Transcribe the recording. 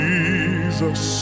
Jesus